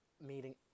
meeting